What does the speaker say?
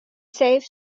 save